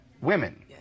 women